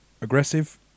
aggressive